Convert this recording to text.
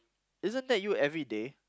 isn't that you everyday